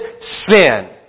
sin